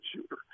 shooter